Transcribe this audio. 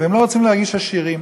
והם לא רוצים להרגיש עשירים.